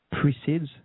precedes